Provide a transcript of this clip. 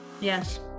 yes